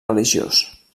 religiós